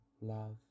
love